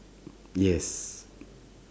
yes